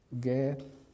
Get